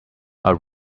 are